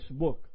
Facebook